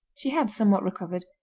she had somewhat recovered,